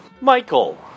Michael